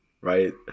Right